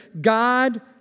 God